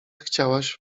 chciałaś